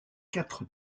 quatre